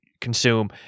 consume